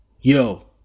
yo